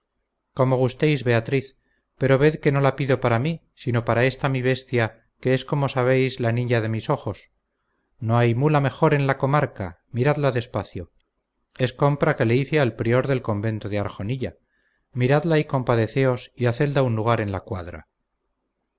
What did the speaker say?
como gustéis beatriz pero ved que no la pido para mí sino para esta mi bestia que es como sabéis la niña de mis ojos no hay mula mejor en la comarca miradla despacio es compra que le hice al prior del convento de arjonilla miradla y compadeceos y hacedla un lugar en la cuadra